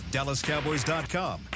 DallasCowboys.com